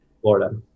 Florida